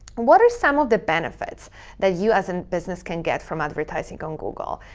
what are some of the benefits that you as in business can get from advertising on google?